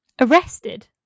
Arrested